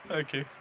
okay